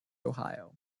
ohio